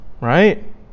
Right